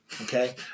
okay